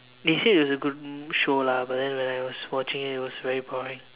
they said it was a good show lah but then when I was watching it was very boring